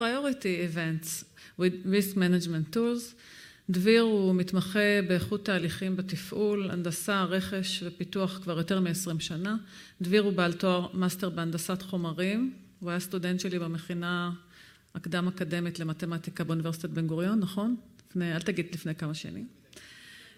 Priority Events with Risk Management Tools, דביר הוא מתמחה באיכות תהליכים בתפעול, הנדסה, רכש ופיתוח כבר יותר מ-20 שנה, דביר הוא בעל תואר מאסטר בהנדסת חומרים, הוא היה סטודנט שלי במכינה הקדם-אקדמית למתמטיקה באוניברסיטת בן גוריון, נכון? אל תגיד לפני כמה שנים.